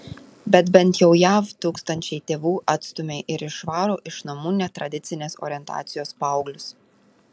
bet bent jau jav tūkstančiai tėvų atstumia ir išvaro iš namų netradicinės orientacijos paauglius